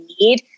need